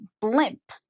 blimp